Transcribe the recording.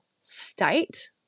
state